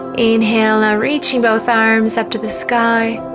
inhaling reaching both arms up to the sky,